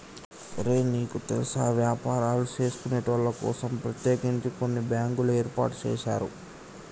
ఒరే నీకు తెల్సా వ్యాపారులు సేసుకొనేటోళ్ల కోసం ప్రత్యేకించి కొన్ని బ్యాంకులు ఏర్పాటు సేసారు